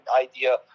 idea